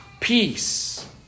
peace